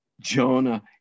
Jonah